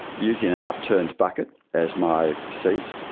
using an upturned bucket as my seat,